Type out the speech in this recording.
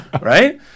right